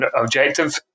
objective